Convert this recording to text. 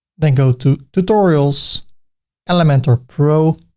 then go to tutorials elementor pro,